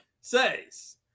says